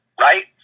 Right